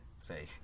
say